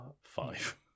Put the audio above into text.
five